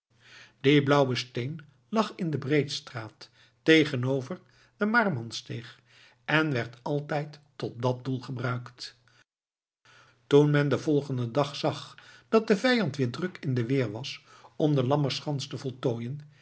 die blauwen steen lag in de breedstraat tegenover de maarsmansteeg en werd altijd tot dat doel gebruikt toen men den volgenden dag zag dat de vijand weer druk in de weer was om de lammenschans te voltooien